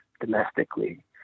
domestically